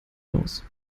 hinaus